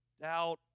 doubt